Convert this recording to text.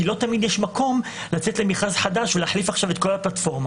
כי לא תמיד יש מקום לצאת למכרז חדש ולהחליף עכשיו את כל הפלטפורמה.